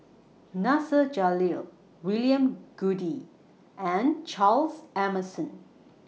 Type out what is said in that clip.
Nasir Jalil William Goode and Charles Emmerson